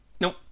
Nope